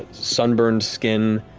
sunburned skin.